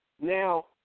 Now